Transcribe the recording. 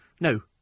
no